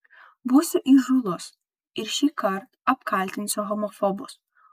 būsiu įžūlus ir šįkart apkaltinsiu homofobus